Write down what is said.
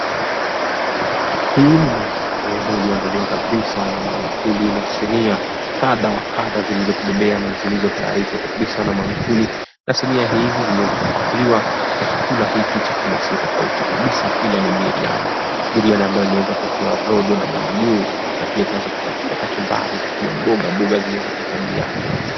Hii ni meza ilio adndaliwa kwa maankuli na sinia kadha wa kadha zilizo bebea na zilizo tayarishwa na maankuli na sinia hizi zimeweza kupakulia na chakula si tofauti kabisa ila ni biriani. Biriani ilio weza kuwekewa rojo juu na pia imeweza kukatiwa kachumbari na pia mboga mboga zimewezwa kuwekwa juu yake.